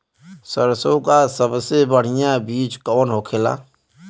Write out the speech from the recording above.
सरसों का सबसे बढ़ियां बीज कवन होखेला?